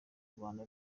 rwanda